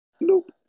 Nope